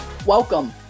Welcome